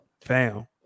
Fam